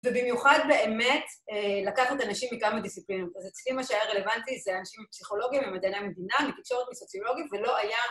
ובמיוחד באמת, א...לקחת אנשים מכמה דיסציפלינות. אז אצלי מה שהיה רלוונטי, זה אנשים מפסיכולוגיה, ממדעי המדינה, מקצועות מ-סוציולוגיים, ולא היה...